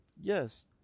yes